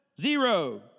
Zero